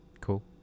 Cool